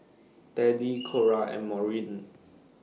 Teddie Cora and Maureen